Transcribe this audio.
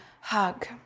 hug